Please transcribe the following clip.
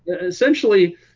essentially